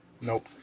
Nope